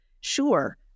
Sure